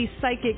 psychic